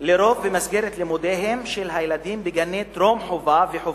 לרוב במסגרת לימודיהם של הילדים בגני טרום-חובה וחובה,